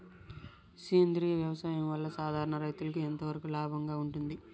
సేంద్రియ వ్యవసాయం వల్ల, సాధారణ రైతుకు ఎంతవరకు లాభంగా ఉంటుంది?